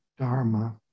dharma